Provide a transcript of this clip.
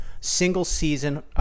single-season